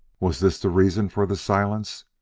was this the reason for the silence?